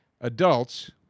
adults